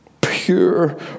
Pure